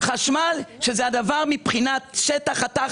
חשמל, שמבחינת שטח חתך